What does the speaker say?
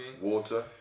Water